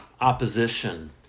opposition